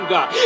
God